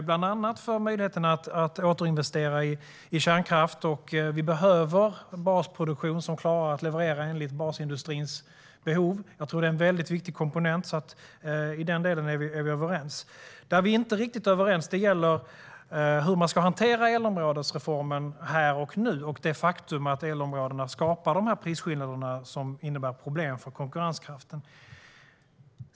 Bland annat öppnas möjligheten att återinvestera i kärnkraft. Vi behöver basproduktion som klarar att leverera enligt basindustrins behov. Jag tror att det är en viktig komponent. I den delen är vi överens. Det vi inte är överens om gäller hur man ska hantera elområdesreformen här och nu, liksom det faktum att elområdena skapar de prisskillnader som utgör ett problem för konkurrenskraften.